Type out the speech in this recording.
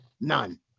None